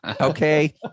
Okay